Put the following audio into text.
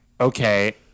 okay